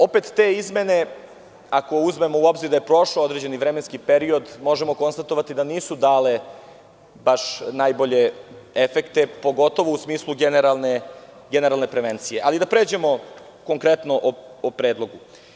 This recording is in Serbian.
Opet te izmene, ako uzmemo u obzir da je prošao određeni vremenski period, možemo konstatovati da nisu dale baš najbolje efekte, pogotovo u smislu generalne prevencije, ali, da pređemo konkretno o predlogu.